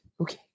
Okay